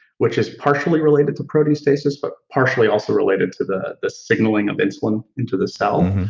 which is partially related to proteostasis, but partially also related to the the signaling of insulin into the cell.